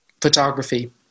photography